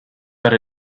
but